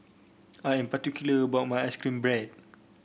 I am particular about my ice cream bread